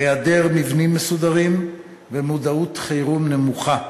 היעדר מבנים מסודרים ומודעות חירום נמוכה.